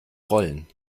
rollen